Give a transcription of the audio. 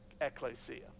ecclesia